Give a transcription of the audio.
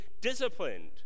disciplined